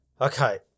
Okay